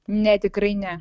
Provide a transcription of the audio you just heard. ne tikrai ne